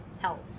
health